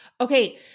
Okay